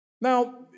Now